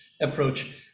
approach